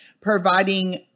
providing